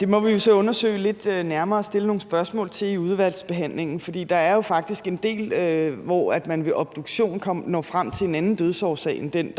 det må vi jo så undersøge lidt nærmere og stille nogle spørgsmål til i udvalgsbehandlingen, for der er jo faktisk en del, hvor man ved obduktion når frem til en anden dødsårsag end den,